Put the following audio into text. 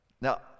Now